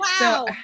wow